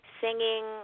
singing